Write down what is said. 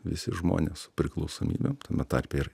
visi žmonės su priklausomybėm tame tarpe ir